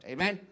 Amen